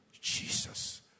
Jesus